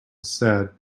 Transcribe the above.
sad